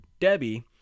Debbie